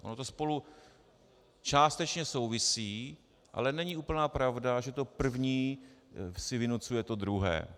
Ono to spolu částečně souvisí, ale není úplná pravda, že to první si vynucuje to druhé.